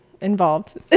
involved